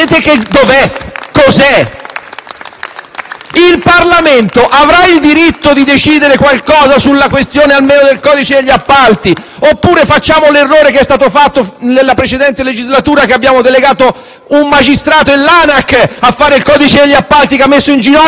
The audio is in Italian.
Il Parlamento avrà il diritto di decidere qualcosa sulla questione del codice degli appalti, oppure facciamo l'errore della precedente legislatura quando abbiamo delegato un magistrato e l'ANAC a fare un codice degli appalti che ha messo in ginocchio il nostro Paese?